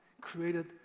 created